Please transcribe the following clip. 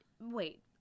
wait